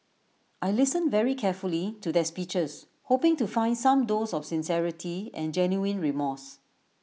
I listened very carefully to their speeches hoping to find some dose of sincerity and genuine remorse